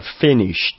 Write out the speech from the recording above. finished